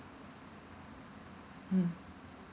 mm